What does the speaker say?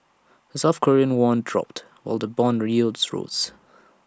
the south Korean won dropped while the Bond yields rose